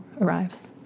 arrives